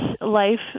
life